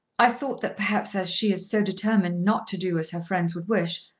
i thought that perhaps as she is so determined not to do as her friends would wish,